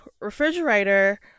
refrigerator